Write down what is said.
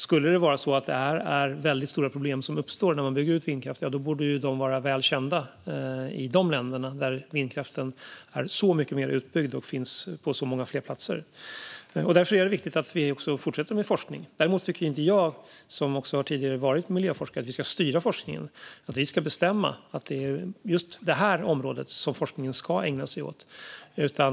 Skulle det vara så att det uppstår väldigt stora problem när man bygger ut vindkraft borde dessa vara väl kända i de länderna, där vindkraften är så mycket mer utbyggd och finns på så många fler platser. Därför är det viktigt att vi fortsätter med forskning. Däremot tycker inte jag, som tidigare har varit miljöforskare, att vi ska styra forskningen och bestämma vilka områden forskningen ska ägna sig åt.